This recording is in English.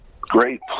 great